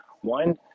One